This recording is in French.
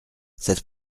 cette